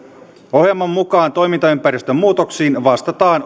ohjelman mukaan toimintaympäristön muutoksiin vastataan